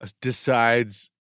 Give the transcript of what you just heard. decides